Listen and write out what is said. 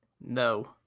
No